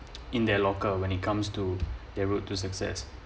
in their locker when it comes to the road to success